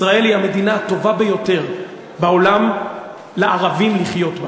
ישראל היא המדינה הטובה ביותר בעולם לערבים לחיות בה,